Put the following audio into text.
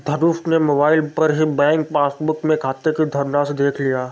धनुष ने मोबाइल पर ही बैंक पासबुक में खाते की धनराशि देख लिया